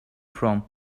from